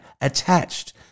attached